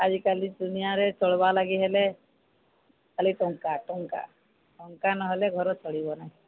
ଆଜିକାଲି ଦୁନିଆରେ ଚଳିବା ଲାଗି ହେଲେ ଖାଲି ଟଙ୍କା ଟଙ୍କା ଟଙ୍କା ନହେଲେ ଘର ଚଳିବ ନାହିଁ